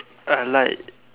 I like